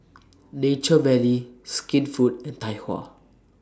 Nature Valley Skinfood and Tai Hua